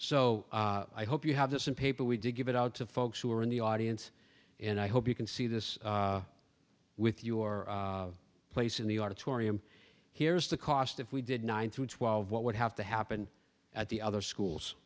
so i hope you have this in paper we do give it out to folks who are in the audience and i hope you can see this with your place in the auditorium here's the cost if we did nine through twelve what would have to happen at the other schools